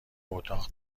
اتاق